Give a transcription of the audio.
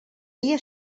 dia